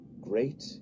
great